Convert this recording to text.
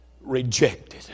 rejected